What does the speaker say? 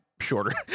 shorter